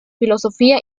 filosofía